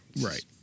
Right